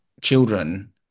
children